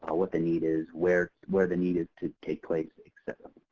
ah what the need is, where where the need is to take place, et cetera.